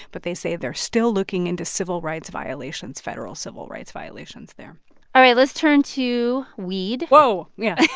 but they say they're still looking into civil rights violations federal civil rights violations there all right, let's turn to weed whoa, yeah.